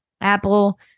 Apple